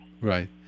Right